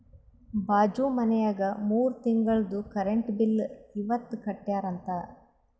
ಬಾಜು ಮನ್ಯಾಗ ಮೂರ ತಿಂಗುಳ್ದು ಕರೆಂಟ್ ಬಿಲ್ ಇವತ್ ಕಟ್ಯಾರ ಅಂತ್